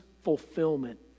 fulfillment